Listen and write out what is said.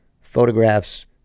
photographs